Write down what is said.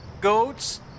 goats